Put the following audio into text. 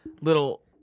little